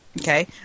Okay